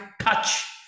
touch